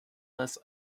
lists